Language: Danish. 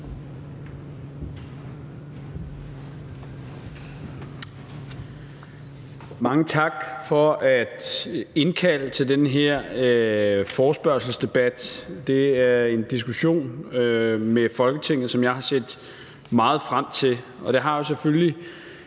Mange tak for at indkalde til den her forespørgselsdebat. Det er en diskussion med Folketinget, som jeg har set meget frem til.